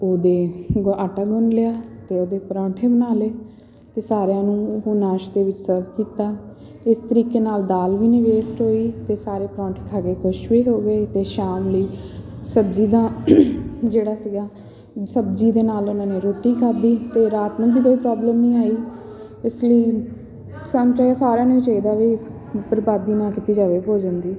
ਉਹਦੇ ਗੁ ਆਟਾ ਗੁੰਨ ਲਿਆ ਅਤੇ ਉਹਦੇ ਪਰੌਂਠੇ ਬਣਾ ਲਏ ਅਤੇ ਸਾਰਿਆਂ ਨੂੰ ਉਹ ਨਾਸ਼ਤੇ ਵਿੱਚ ਸਰਵ ਕੀਤਾ ਇਸ ਤਰੀਕੇ ਨਾਲ ਦਾਲ ਵੀ ਨਹੀਂ ਵੇਸਟ ਹੋਈ ਅਤੇ ਸਾਰੇ ਪਰੌਂਠੇ ਖਾ ਕੇ ਖੁਸ਼ ਵੀ ਹੋ ਗਏ ਅਤੇ ਸ਼ਾਮ ਲਈ ਸਬਜ਼ੀ ਦਾ ਜਿਹੜਾ ਸੀਗਾ ਸਬਜ਼ੀ ਦੇ ਨਾਲ ਉਹਨਾਂ ਨੇ ਰੋਟੀ ਖਾਦੀ ਅਤੇ ਰਾਤ ਨੂੰ ਵੀ ਕੋਈ ਪ੍ਰੋਬਲਮ ਨਹੀਂ ਆਈ ਇਸ ਲਈ ਸਾਨੂੰ ਤਾਂ ਸਾਰਿਆਂ ਨੂੰ ਚਾਹੀਦਾ ਵੀ ਬਰਬਾਦੀ ਨਾ ਕੀਤੀ ਜਾਵੇ ਭੋਜਨ ਦੀ